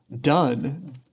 done